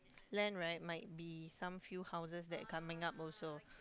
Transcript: land right might be some few houses that coming up also